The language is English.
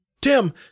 Tim